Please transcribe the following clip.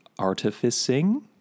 artificing